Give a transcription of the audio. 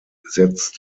gesetz